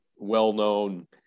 well-known